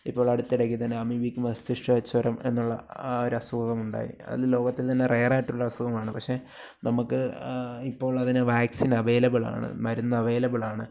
ഇപ്പോൾ അടുത്തിടയ്ക്ക് തന്നെ അമീബിക് മസ്തികജ്വരം എന്നുള്ള ആ ഒരസുഖമുണ്ടായി അത് ലോകത്തിൽത്തന്നെ റെയ്റായിട്ടുള്ളൊരു അസുഖമാണ് പക്ഷേ നമുക്ക് ഇപ്പോളതിന് വാക്സ്സിൻ അവൈലബിളാണ് മരുന്ന് അവൈലബിളാണ്